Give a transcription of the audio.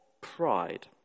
pride